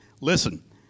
Listen